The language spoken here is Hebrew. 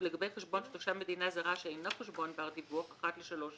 ולגבי חשבון של תושב מדינה זרה שאינו חשבון בר-דיווח אחת לשלוש שנים,